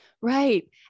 Right